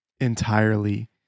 entirely